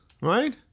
right